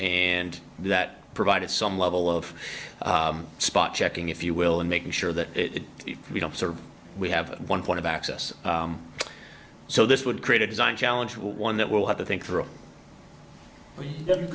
and that provided some level of spot checking if you will and making sure that it we don't we have one point of access so this would create a design challenge one that will have to think through